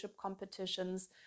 competitions